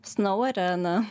snau arena